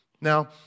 Now